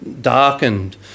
darkened